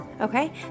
Okay